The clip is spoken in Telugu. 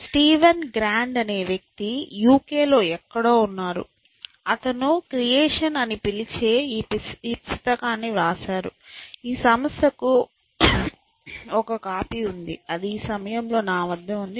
స్టీవెన్ గ్రాండ్ అనే వ్యక్తి UK లో ఎక్కడో ఉన్నాడు అతను క్రియేషన్ అని పిలిచే ఈ పుస్తకాన్ని వ్రాశాడు ఈ సంస్థకు ఒక కాపీ ఉంది అది ఈ సమయంలో నా వద్ద ఉంది